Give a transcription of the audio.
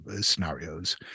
scenarios